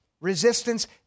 resistance